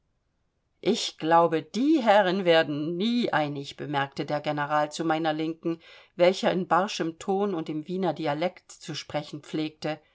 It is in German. ich glaub die herren werden nie einig bemerkte der general zu meiner linken welcher in barschem ton und in wiener dialekt zu sprechen pflegte